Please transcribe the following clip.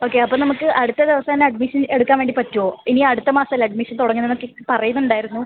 okay അപ്പോൾ നമുക്ക് അടുത്ത ദിവസം തന്നെ അഡ്മിഷൻ എടുക്കാൻ വേണ്ടി പറ്റുമോ ഇനി അടുത്ത മാസമല്ലേ അഡ്മിഷൻ തുടങ്ങണമെന്നൊക്കെ പറയുന്നുണ്ടായിരുന്നു